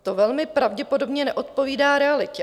To velmi pravděpodobně neodpovídá realitě.